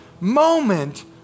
moment